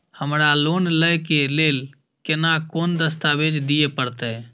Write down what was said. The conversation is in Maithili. हमरा लोन लय के लेल केना कोन दस्तावेज दिए परतै?